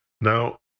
Now